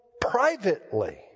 privately